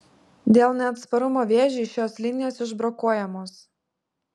dėl neatsparumo vėžiui šios linijos išbrokuojamos